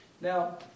Now